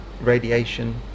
radiation